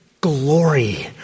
glory